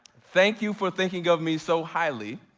thank you for thinking of me so highly,